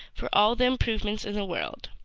for all the improvements in the world.